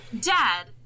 Dad